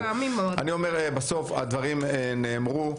הדברים נאמרו.